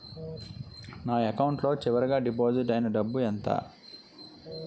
నా అకౌంట్ లో చివరిగా డిపాజిట్ ఐనా డబ్బు ఎంత?